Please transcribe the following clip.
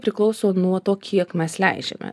priklauso nuo to kiek mes leidžiame